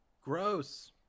Gross